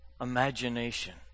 imagination